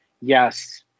Yes